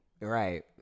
Right